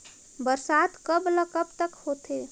बरसात कब ल कब तक होथे?